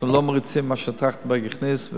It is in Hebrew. אנחנו לא מרוצים ממה שטרכטנברג הכניס,